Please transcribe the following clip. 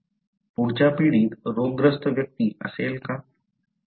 पुढच्या पिढीत रोगग्रस्त व्यक्ती असेल का